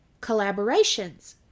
collaborations